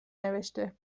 نوشته